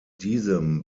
diesem